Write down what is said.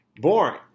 boring